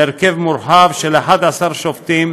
בהרכב מורחב, של 11 שופטים,